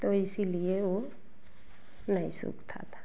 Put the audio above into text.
तो इसीलिए वह नहीं सूखता था